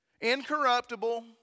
incorruptible